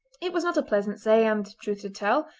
it was not a pleasant say, and, truth to tell,